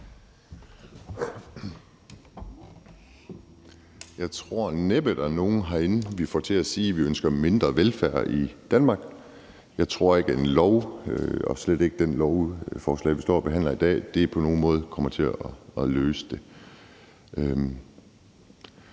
Jeg tror næppe, der er nogen herinde, vi får til at sige, at de ønsker mindre velfærd i Danmark. Jeg tror ikke, at nogen lov og slet ikke det lovforslag, vi står og behandler i dag, på nogen måde kommer til at løse det.